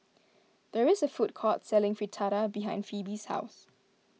there is a food court selling Fritada behind Pheobe's house